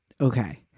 Okay